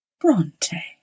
Bronte